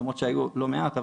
למרות שהיו לא מעט,